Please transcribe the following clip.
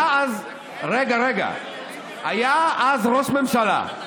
היה אז, רגע, רגע, לליברמן, היה אז ראש ממשלה,